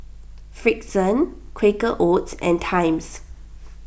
Frixion Quaker Oats and Times